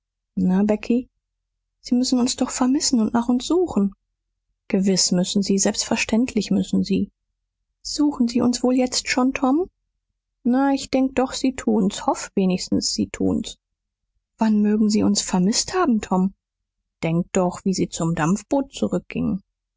becky sie müssen uns doch vermissen und nach uns suchen gewiß müssen sie selbstverständlich müssen sie suchen sie uns wohl jetzt schon tom na ich denk doch sie tun's hoff wenigstens sie tun's wann mögen sie uns vermißt haben tom denk doch wie sie zum dampfboot zurückgingen